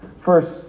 First